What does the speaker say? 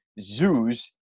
zoos